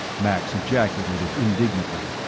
max ejaculated indignantly,